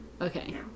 Okay